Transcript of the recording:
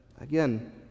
again